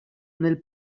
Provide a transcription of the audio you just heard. nel